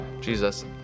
Jesus